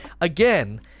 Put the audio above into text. Again